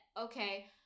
okay